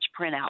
printout